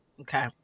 Okay